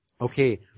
okay